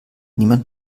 niemand